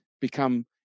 become